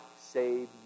save